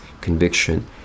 conviction